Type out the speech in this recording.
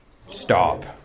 stop